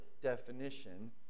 definition